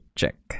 check